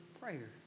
prayer